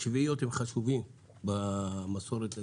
שביעיות זה חשוב במסורת היהודית,